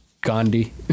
Gandhi